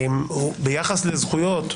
ביחס לזכויות,